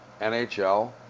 NHL